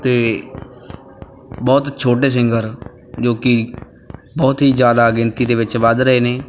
ਅਤੇ ਬਹੁਤ ਛੋਟੇ ਸਿੰਗਰ ਜੋ ਕਿ ਬਹੁਤ ਹੀ ਜ਼ਿਆਦਾ ਗਿਣਤੀ ਦੇ ਵਿੱਚ ਵੱਧ ਰਹੇ ਨੇ